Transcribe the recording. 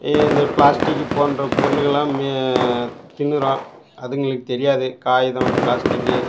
இந்த ப்ளாஸ்டிக்கு போன்ற பொருளுகள்லாம் மே தின்னுடும் அதுங்களுக்கு தெரியாது காகிதம் ப்ளாஸ்டிக்கு